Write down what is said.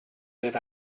live